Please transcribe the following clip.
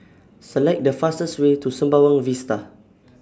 Select The fastest Way to Sembawang Vista